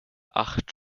acht